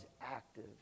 active